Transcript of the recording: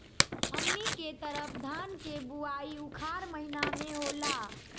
हमनी के तरफ धान के बुवाई उखाड़ महीना में होला